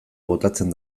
botatzen